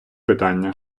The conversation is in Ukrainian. питання